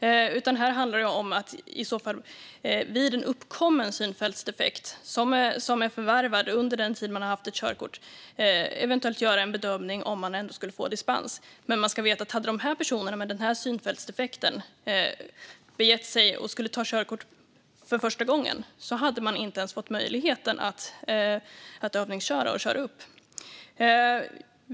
Det som det handlar om här är att vid en uppkommen synfältsdefekt, förvärvad under den tid personen haft körkort, eventuellt göra en bedömning av om dispens kan ges. Men man ska veta att om de personer som har en sådan synfältsdefekt hade begett sig för att ta körkort för första gången hade de inte ens fått möjlighet att övningsköra eller köra upp.